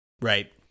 right